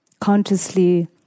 consciously